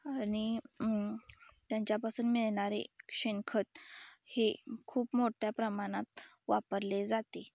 आणि त्यांच्यापासून मिळणारे शेणखत हे खूप मोठ्या प्रमाणात वापरले जाते